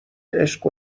عشق